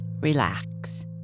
Relax